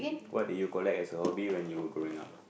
what did you collect as a hobby when you were growing up